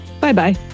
Bye-bye